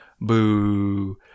Boo